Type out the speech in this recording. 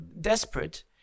desperate